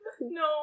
No